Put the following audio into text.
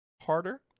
harder